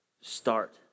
start